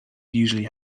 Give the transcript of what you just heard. usually